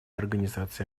организации